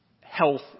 health